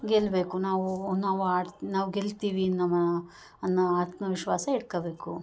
ಗೆಲ್ಲಬೇಕು ನಾವು ನಾವು ಆಡಿ ನಾವು ಗೆಲ್ತಿವಿ ನಮ್ಮ ಅನ್ನೋ ಆತ್ಮ ವಿಶ್ವಾಸ ಇಟ್ಕೋಬೇಕು